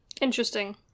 Interesting